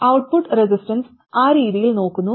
output resistance ആ രീതിയിൽ നോക്കുന്നു